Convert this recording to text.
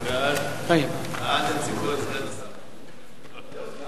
ההצעה להעביר את